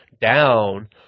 down